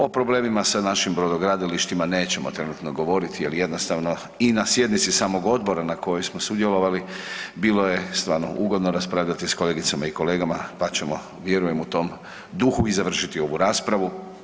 O problemima sa našim brodogradilištima nećemo trenutno govoriti, jer jednostavno i na sjednici samog odbora na kojoj smo sudjelovali bilo je stvarno ugodno raspravljati sa kolegicama i kolegama, pa ćemo vjerujem u tom duhu i završiti ovu raspravu.